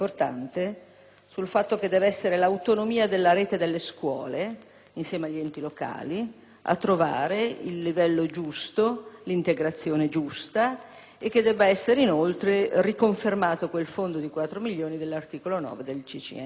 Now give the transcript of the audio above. sul fatto che debba essere l'autonomia della rete delle scuole, insieme agli enti locali, a trovare il giusto livello d'integrazione e che debba essere inoltre riconfermato quel fondo di 4 milioni, di cui all'articolo 9 del